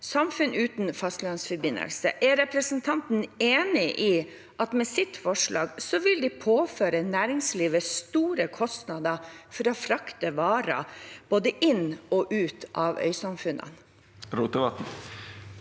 samfunn uten fastlandsforbindelse. Er representanten enig i at de med sitt forslag vil påføre næringslivet store kostnader for å frakte varer både inn og ut av øysamfunnene? Sveinung